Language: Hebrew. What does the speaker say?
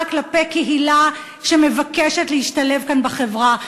כלפי קהילה שמבקשת להשתלב כאן בחברה.